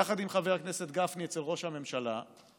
יחד עם חבר הכנסת גפני, אצל ראש הממשלה ומאיים.